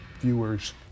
viewers